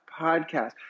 podcast